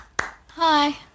Hi